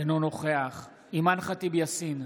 אינו נוכח אימאן ח'טיב יאסין,